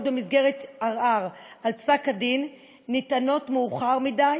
במסגרת ערעור על פסק-הדין נטענות מאוחר מדי,